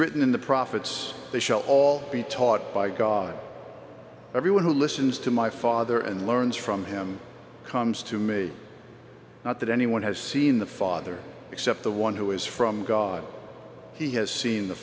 written in the prophets they shall all be taught by god every one who listens to my father and learns from him comes to me not that anyone has seen the father except the one who is from god he has seen the